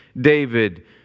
David